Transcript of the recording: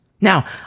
Now